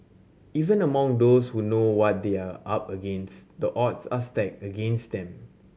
even among those who know what they are up against the odds are stacked against them